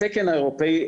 התקן האירופאי,